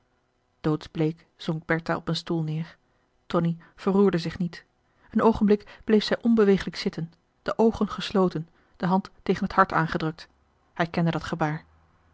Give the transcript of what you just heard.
doodsbleek zonk bertha op een stoel neer tonie verroerde zich niet een oogenblik bleef zij onbewegelijk zitten de oogen gesloten de hand tegen het hart aangedrukt hij kende dat gebaar